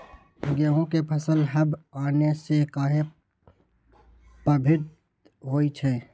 गेंहू के फसल हव आने से काहे पभवित होई छई?